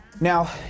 now